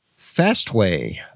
Fastway